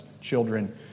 children